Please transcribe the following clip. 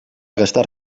gastar